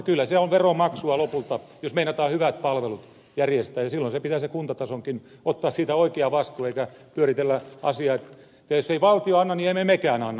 kyllä se on veronmaksua lopulta jos meinataan hyvät palvelut järjestää ja silloin pitää kuntatasonkin ottaa siitä oikea vastuu eikä pyöritellä asiaa niin että jos ei valtio anna niin emme mekään anna